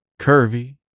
Curvy